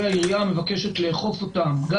שהעירייה מבקש לאכוף גם,